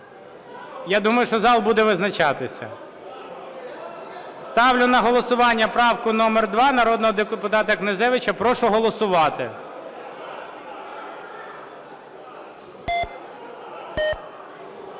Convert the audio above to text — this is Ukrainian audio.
Я думаю, що зал буде визначатися. Ставлю на голосування правку номер 2, народного депутата Князевича. Прошу голосувати.